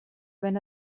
wenn